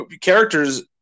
characters